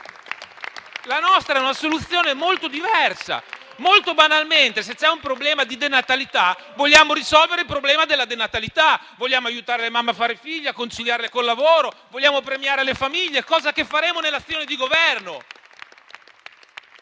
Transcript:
La nostra è una soluzione molto diversa. Molto banalmente, se c'è un problema di denatalità, vogliamo risolvere il problema della denatalità; vogliamo aiutare le mamme a fare figli promuovendo politiche di conciliazione con il lavoro, vogliamo premiare le famiglie, cosa che faremo con l'azione di Governo.